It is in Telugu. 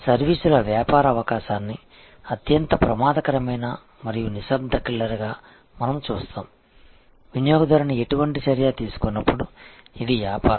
సర్వీసుల వ్యాపార అవకాశాన్ని అత్యంత ప్రమాదకరమైన మరియు నిశ్శబ్ద కిల్లర్గా మనము చూస్తాము వినియోగదారుని ఎటువంటి చర్య తీసుకోనప్పుడు ఇది వ్యాపారం